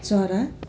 चरा